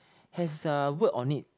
has a word on it